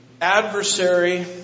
adversary